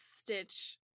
Stitch